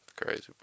Crazy